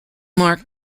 mark